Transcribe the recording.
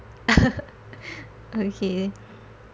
okay